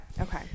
Okay